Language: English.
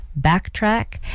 backtrack